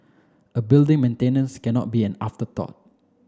a building maintenance cannot be an afterthought